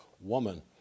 woman